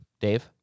Dave